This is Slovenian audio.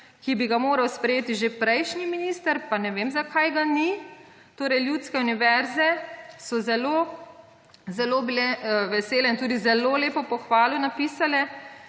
ki bi ga moral sprejeti že prejšnji minister, pa ne vem, zakaj ga ni. Ljudske univerze so bile zelo vesele in so tudi zelo lepo pohvalo napisale: